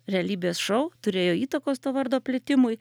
realybės šou turėjo įtakos to vardo plitimui